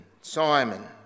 Simon